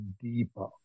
deeper